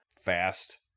fast